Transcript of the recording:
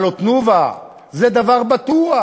הלוא "תנובה" זה דבר בטוח.